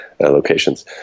locations